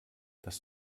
das